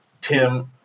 Tim